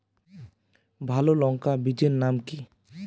ভালো লঙ্কা বীজের নাম কি?